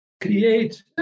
create